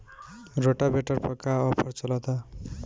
Rotavator पर का offer चलता?